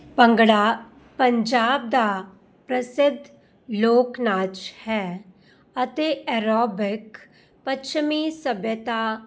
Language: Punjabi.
ਭੰਗੜਾ ਪੰਜਾਬ ਦਾ ਪ੍ਰਸਿੱਧ ਲੋਕ ਨਾਚ ਹੈ ਅਤੇ ਐਰੋਬਿਕ ਪੱਛਮੀ ਸੱਭਿਅਤਾ